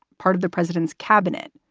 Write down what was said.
part of the president's cabinet.